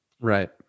Right